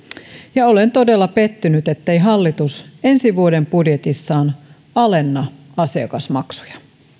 ja olen todella pettynyt ettei hallitus ensi vuoden budjetissaan alenna asiakasmaksuja